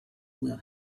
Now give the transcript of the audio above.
will